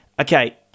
Okay